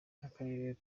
nk’akarere